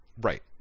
Right